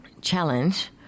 challenge